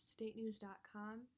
statenews.com